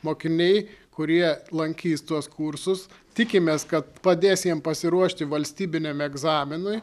mokiniai kurie lankys tuos kursus tikimės kad padės jiem pasiruošti valstybiniam egzaminui